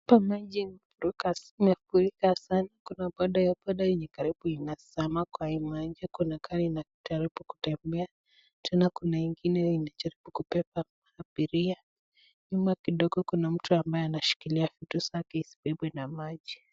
Pamoja na duka zimefurika sana. Kuna boda boda yenye karibu inazama kwa maji. Kuna gari inajaribu kutembea. Tena kuna ingine inajaribu kubeba abiria. Nyuma kidogo kuna mtu ambaye anashikilia vitu vyake isibebwe na maji.